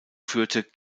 führte